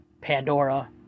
Pandora